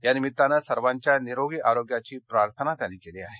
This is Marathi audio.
या निमित्ताने सर्वांच्या निरोगी आरोग्याची प्रार्थना त्यांनी केली आहे